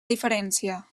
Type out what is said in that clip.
diferència